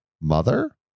mother